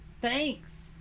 Thanks